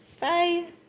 Bye